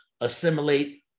assimilate